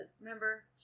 Remember